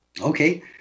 Okay